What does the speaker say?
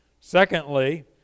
Secondly